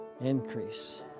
Increase